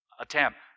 attempt